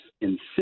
insist